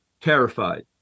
terrified